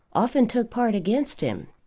often took part against him.